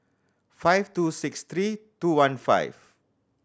five two six three two one five